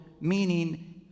meaning